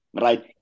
right